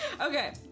Okay